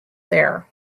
there